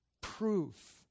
proof